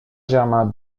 germain